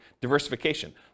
diversification